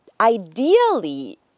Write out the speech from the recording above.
ideally